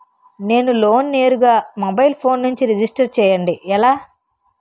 నేను లోన్ నేరుగా mobile phone నుంచి రిజిస్టర్ చేయండి ఎలా?